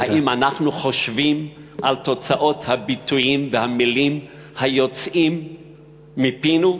האם אנחנו חושבים על תוצאות הביטויים והמילים היוצאים מפינו?